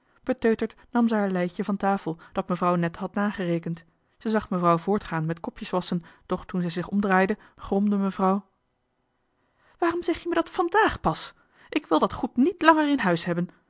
beteuterd nam ze haar leitje van tafel dat mevrouw net had nagerekend ze zag mevrouw voortgaan met kopjes wasschen doch toen zij zich omdraaide gromde mevrouw waarom zeg je me dat vandaag pas ik wil dat goed niet langer in huis hebben